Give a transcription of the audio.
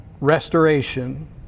restoration